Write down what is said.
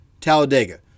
Talladega